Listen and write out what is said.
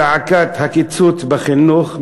זעקת הקיצוץ בחינוך,